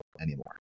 anymore